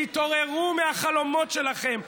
תתעוררו מהחלומות שלכם.